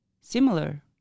similar